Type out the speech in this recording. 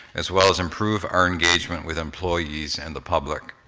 as well as improve our engagement with employees and the public.